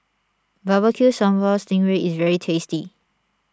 Barbecue Sambal Sting Ray is very tasty